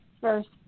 first